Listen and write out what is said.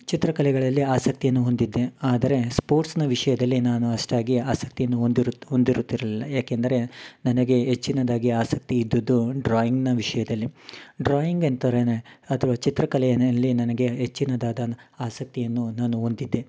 ಚಿತ್ರಕಲೆಗಳಲ್ಲಿ ಆಸಕ್ತಿಯನ್ನು ಹೊಂದಿದ್ದೆ ಆದರೆ ಸ್ಪೋರ್ಟ್ಸ್ನ ವಿಷಯದಲ್ಲಿ ನಾನು ಅಷ್ಟಾಗಿ ಆಸಕ್ತಿಯನ್ನು ಹೊಂದಿರುತ್ದಿ ಹೊಂದಿರುತ್ತಿರ್ಲಿಲ್ಲ ಯಾಕೆಂದರೆ ನನಗೆ ಹೆಚ್ಚಿನದಾಗಿ ಆಸಕ್ತಿ ಇದ್ದದ್ದು ಡ್ರಾಯಿಂಗ್ನ ವಿಷಯದಲ್ಲಿ ಡ್ರಾಯಿಂಗ್ ಎಂದರೇನೆ ಅಥ್ವ ಚಿತ್ರಕಲೆಯನಲ್ಲಿ ನನಗೆ ಹೆಚ್ಚಿನದಾದ ಆಸಕ್ತಿಯನ್ನು ನಾನು ಹೊಂದಿದ್ದೆ